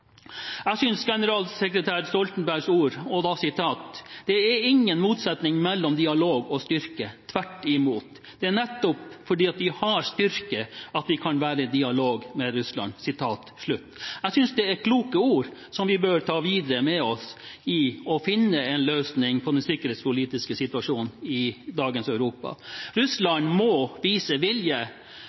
Generalsekretær Stoltenberg sa: «Det er ingen motsetning mellom dialog og styrke. Tvert imot. Det er nettopp fordi vi har styrke at vi kan være i dialog med Russland.» Jeg synes dette er kloke ord som vi bør ta med oss videre for å finne en løsning på den sikkerhetspolitiske situasjonen i dagens Europa. Russland må vise vilje,